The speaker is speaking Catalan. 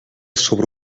sobre